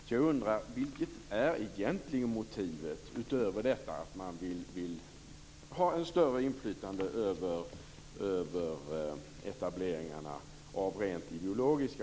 Så jag undrar: Vilket är egentligen motivet, utöver detta att man av rent ideologiska skäl vill ha ett större inflytande över etableringarna?